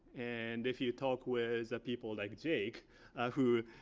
and if you talk with the people like jake who